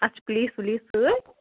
اَسہِ چھِ پُلیٖس وُلیٖس سۭتۍ